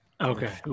Okay